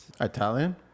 Italian